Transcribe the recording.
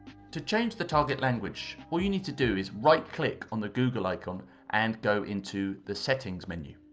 to change the target language all you need to do is right-click on the google icon and go into the settings menu.